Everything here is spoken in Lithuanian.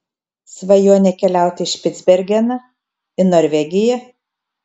svajonė keliauti į špicbergeną į norvegiją